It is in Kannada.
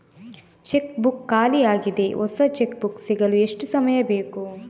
ಚೆಕ್ ಬುಕ್ ಖಾಲಿ ಯಾಗಿದೆ, ಹೊಸ ಚೆಕ್ ಬುಕ್ ಸಿಗಲು ಎಷ್ಟು ಸಮಯ ಬೇಕು?